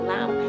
Lamb